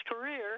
career